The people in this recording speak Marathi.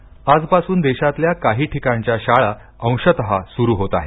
शाळा सुरू आजपासून देशातल्या काही ठिकाणच्या शाळा अंशतः सुरू होत आहेत